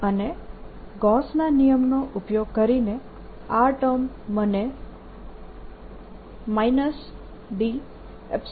અને ગૌસના નિયમનો ઉપયોગ કરીને આ ટર્મ મને 0